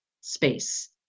space